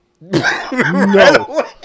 No